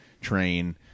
train